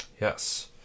Yes